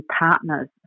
partner's